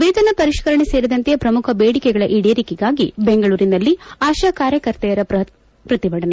ವೇತನ ಪರಿಷ್ಕರಣೆ ಸೇರಿದಂತೆ ಪ್ರಮುಖ ಬೇಡಿಕೆಗಳ ಈಡೇರಿಕೆಗಾಗಿ ಬೆಂಗಳೂರಿನಲ್ಲಿ ಆಶಾಕಾರ್ಯಕರ್ತೆಯರ ಬೃಹತ್ ಪ್ರತಿಭಟನೆ